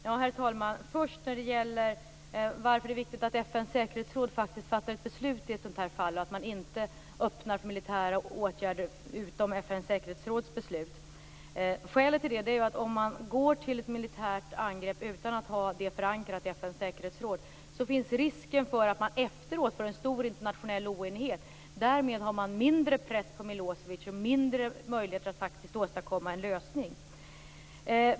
Herr talman! Först vill jag beröra varför det är viktigt att FN:s säkerhetsråd faktiskt fattar ett beslut i ett sådant här fall och att man inte öppnar för militära åtgärder utom FN:s säkerhetsråds beslut. Skälet till det är att om man går till militärt angrepp utan att ha det förankrat i FN:s säkerhetsråd finns risken att man efteråt får en stor internationell oenighet. Därmed har man mindre press på Milosevic och mindre möjligheter att faktiskt åstadkomma en lösning.